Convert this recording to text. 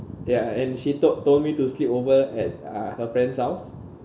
ya and she told told me to sleep over at uh her friend's house